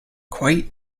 quite